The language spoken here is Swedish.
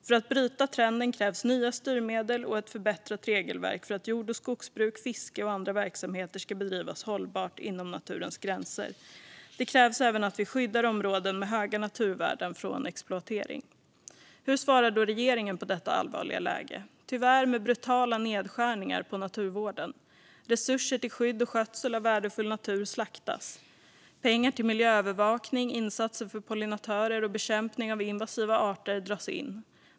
För att bryta trenden krävs nya styrmedel och ett förbättrat regelverk för att jord och skogsbruk, fiske och andra verksamheter ska bedrivas hållbart inom naturens gränser. Det krävs även att vi skyddar områden med höga naturvärden från exploatering. Hur svarar då regeringen på detta allvarliga läge? Tyvärr med brutala nedskärningar av naturvården. Resurser till skydd och skötsel av värdefull natur slaktas. Pengar till miljöövervakning, insatser för pollinatörer och bekämpning av invasiva arter dras in.